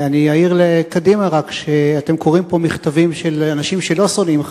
אני אעיר לקדימה רק שאתם קוראים פה מכתבים של אנשים שלא שונאים חרדים.